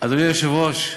אדוני היושב-ראש,